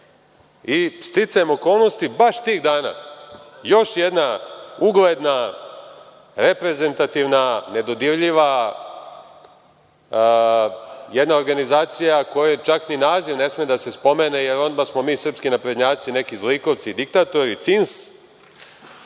i sticajem okolnosti, baš tih dana, još jedna ugledna, reprezentativna, nedodirljiva, jedna organizacija kojoj čak ni naziv ne sme da se spomene, jer odmah smo mi, srpski naprednjaci, neki zlikovci i diktatori, CINS,